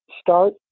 Start